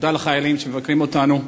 תודה לחיילים שמבקרים אותנו.